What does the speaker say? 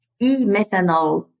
e-methanol